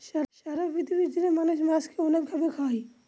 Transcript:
সারা পৃথিবী জুড়ে মানুষ মাছকে অনেক ভাবে খায়